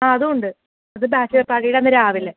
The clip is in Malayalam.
ആ അതും ഉണ്ട് അത് ബാച്ചലർ പാർട്ടിയുടെ അന്ന് രാവിലെ